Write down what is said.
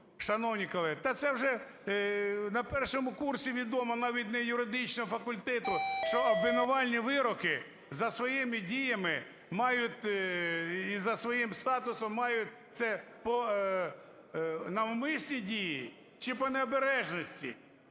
та це вже на першому курсі відомо навіть не юридичного факультету, що обвинувальні вироки за своїми діями мають… і за своїм статусом мають, це навмисні дії чи по необережності.